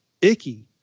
icky